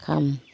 खाम